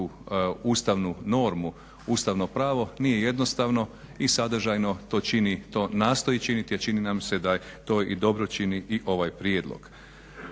ustavnu normu ustavno pravo nije jednostavno i sadržajno to čini, to nastoji činiti, a čini nam se da to i dobro čini i ovaj prijedlog.